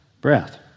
breath